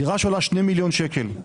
דירה שעולה 2 מיליון שקלים,